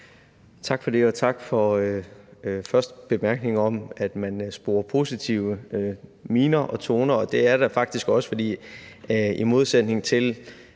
Tak for det, og tak for bemærkningen om, at man sporer positive miner og toner, som der faktisk også er. For i modsætning til